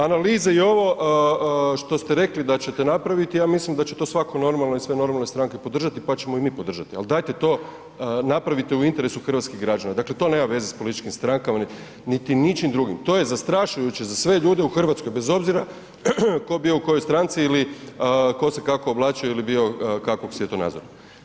Analize i ovo što ste rekli da ćete napraviti, ja mislim da će to svatko normalan i sve normalne stranke podržati pa ćemo i mi podržati ali dajte to napravite u interesu hrvatskih građana, dakle to nema veze s političkim strankama niti ničim drugim, to je zastrašujuće za sve ljude u Hrvatskoj bez obzira tko bio u kojoj stranci ili tko se kako oblačio ili bio kakvog svjetonazora.